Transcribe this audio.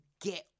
get